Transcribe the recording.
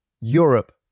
Europe